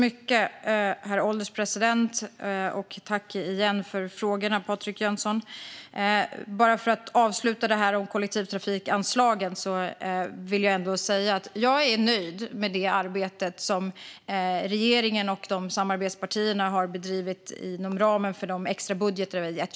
Herr ålderspresident! Tack, Patrik Jönsson, för frågorna! För att avsluta det här om kollektivtrafikanslagen vill jag ändå säga att jag är nöjd med det arbete som regeringen och samarbetspartierna har bedrivit inom ramen för de extra budgetar vi har lagt fram.